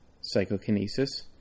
psychokinesis